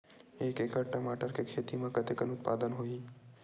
एक एकड़ टमाटर के खेती म कतेकन उत्पादन होही?